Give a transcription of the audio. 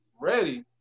ready